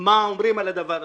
מה אומרים על הדבר הזה,